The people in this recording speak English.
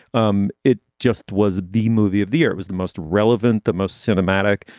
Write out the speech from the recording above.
um it just was. the movie of the year was the most relevant, the most cinematic,